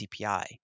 CPI